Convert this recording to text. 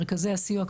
מרכזי הסיוע,